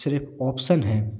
सिर्फ ऑप्शन है